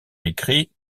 écrit